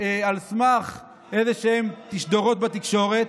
על סמך איזשהן תשדורות בתקשורת.